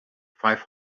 five